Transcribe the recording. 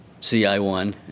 CI1